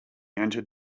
entered